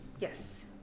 Yes